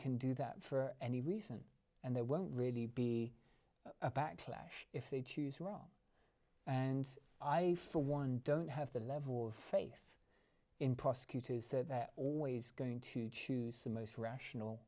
can do that for any reason and there won't really be a backlash if they choose wrong and i for one don't have the level of faith in prosecutors said that always going to choose the most rational